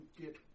get